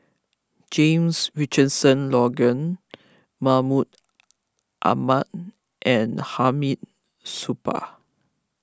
James Richardson Logan Mahmud Ahmad and Hamid Supaat